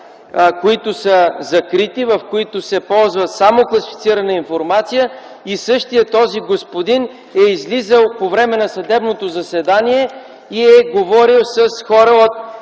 които са закрити, в които се ползва само класифицирана информация. Същият този господин е излизал по време на съдебното заседание и е говорил с хора от